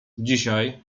dzisiaj